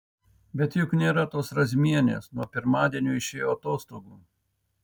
bet juk nėra tos razmienės nuo pirmadienio išėjo atostogų